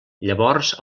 llavors